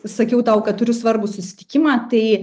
sakiau tau kad turiu svarbų susitikimą tai